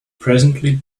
presently